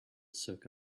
soak